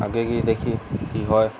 আগে গিয়ে দেখি কি হয়